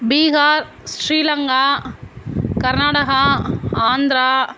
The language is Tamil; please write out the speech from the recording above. பீகார் ஸ்ரீலங்கா கர்நாடகா ஆந்திரா